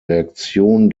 reaktion